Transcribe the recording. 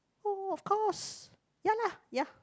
oh of course ya lah ya